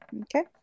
Okay